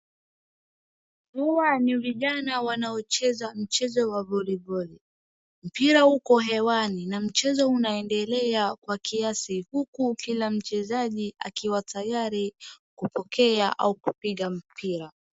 Huwa ni vijana wanaocheza mchezo wa voliboli. Mpira uko hewani na mchezo unaendelea kwa kiasi huku kila mchezaji akiwa tayari kupokea au kupiga mpira.